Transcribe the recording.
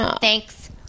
Thanks